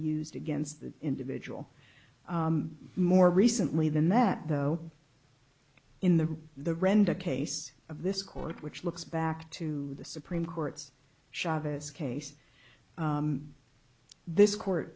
used against the individual more recently than that though in the the renda case of this court which looks back to the supreme court's schabas case this court